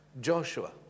Joshua